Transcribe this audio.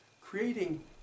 Creating